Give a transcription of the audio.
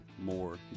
more